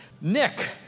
Nick